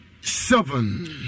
seven